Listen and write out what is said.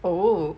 oh